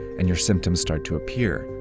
and your symptoms start to appear.